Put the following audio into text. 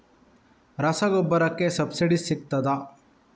ರಸಗೊಬ್ಬರಕ್ಕೆ ಸಬ್ಸಿಡಿ ಸಿಗ್ತದಾ?